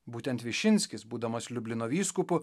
būtent višinskis būdamas liublino vyskupu